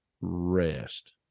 rest